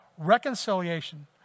reconciliation